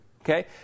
Okay